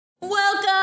Welcome